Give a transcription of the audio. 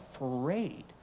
afraid